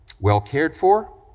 well cared for,